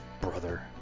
brother